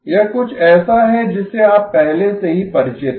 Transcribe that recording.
यह कुछ ऐसा है जिससे आप पहले से ही परिचित हैं